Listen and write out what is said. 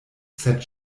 sed